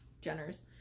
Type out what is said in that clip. Jenners